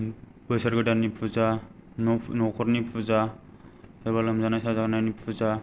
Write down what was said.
बोसोर गोदाननि पुजा न'खरनि पुजा एबा लोमजानाय साजानायनि पुजा